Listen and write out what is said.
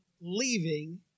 leaving